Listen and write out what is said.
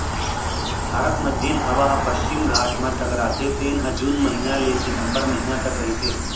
भारत म जेन हवा ह पस्चिम घाट म टकराथे तेन ह जून महिना ले सितंबर महिना तक रहिथे